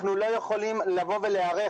אנחנו לא יכולים להיערך.